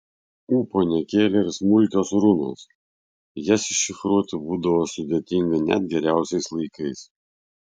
ūpo nekėlė ir smulkios runos jas iššifruoti būdavo sudėtinga net geriausiais laikais